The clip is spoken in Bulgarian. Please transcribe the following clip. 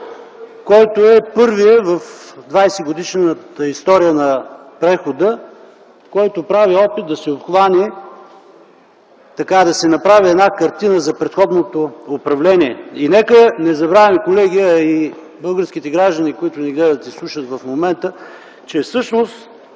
Той е първият в 20-годишната история на прехода, който прави опит да се обхване, да се направи една картина за предходното управление. И нека не забравяме, колеги, а и българските граждани, които ни гледат и слушат в момента, че всъщност